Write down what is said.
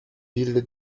ville